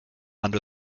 under